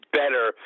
better